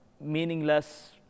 meaningless